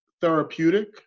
therapeutic